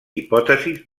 hipòtesis